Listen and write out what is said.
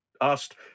asked